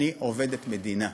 אני עובדת מדינה.